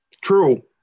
True